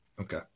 Okay